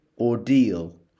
Ordeal